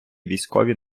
військові